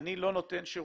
אני לא נותן שירותים.